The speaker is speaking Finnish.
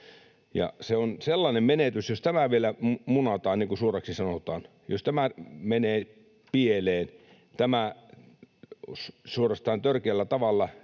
teholla sähköä. Jos tämä vielä munataan, niin kuin suorasti sanotaan, jos tämä menee pieleen ja tämä suorastaan törkeällä tavalla